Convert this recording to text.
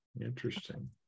Interesting